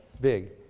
big